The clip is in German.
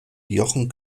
jochen